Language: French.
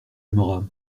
aimeras